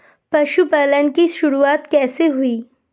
पशुपालन की शुरुआत कैसे हुई?